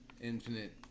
infinite